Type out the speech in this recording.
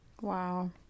Wow